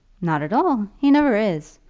not at all. he never is.